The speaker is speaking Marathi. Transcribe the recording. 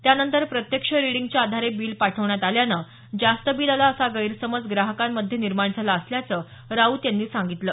त्यानंतर प्रत्यक्ष रीडिंगच्या आधारे बिल पाठवण्यात आल्यानं जास्त बिल आलं असा गैरसमज ग्राहकांमध्ये निर्माण झाला असल्याचं राऊत यांनी सांगितलं